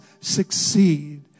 succeed